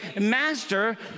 master